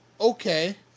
okay